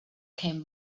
came